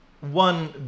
one